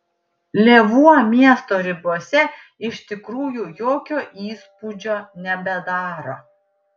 lėvuo miesto ribose iš tikrųjų jokio įspūdžio nebedaro